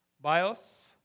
bios